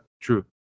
true